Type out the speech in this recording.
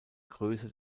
größe